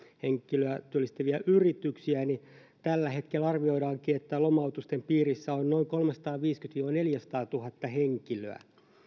henkilöä työllistäviä yrityksiä niin tällä hetkellä arvioidaankin että lomautusten piirissä on noin kolmesataaviisikymmentätuhatta viiva neljäsataatuhatta henkilöä